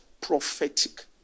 Prophetic